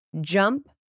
Jump